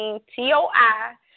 T-O-I